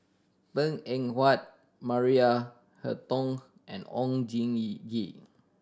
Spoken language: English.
Png Eng Huat Maria Hertogh and Oon Jin Yee Gee